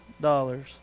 dollars